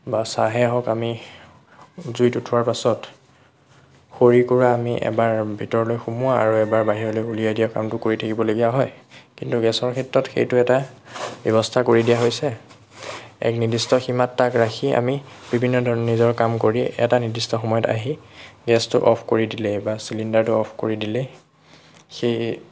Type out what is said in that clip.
বা চাহেই হওক আমি জুইত উঠোৱাৰ পাছত খৰিকুৰা আমি এবাৰ ভিতৰলৈ সোমোৱাও আৰু এবাৰ বাহিৰলৈ উলিয়াই দিয়া কামটো কৰি থাকিবলগীয়া হয় কিন্তু গেছৰ ক্ষেত্ৰত সেইটো এটা ব্যৱস্থা কৰি দিয়া হৈছে এক নিৰ্দিষ্ট সীমাত তাক ৰাখি আমি বিভিন্ন নিজৰ কাম কৰি এটা নিৰ্দিষ্ট সময়ত আহি গেছটো অফ কৰি দিলেই বা চিলিণ্ডাৰটো অফ কৰি দিলেই সেই